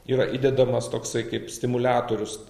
yra įdedamas toksai kaip stimuliatorius